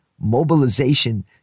mobilization